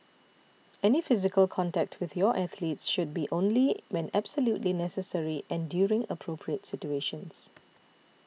any physical contact with your athletes should be only when absolutely necessary and during appropriate situations